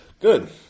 good